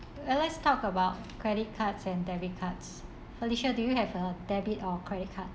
and let's talk about credit cards and debit cards felicia do you have a debit or credit card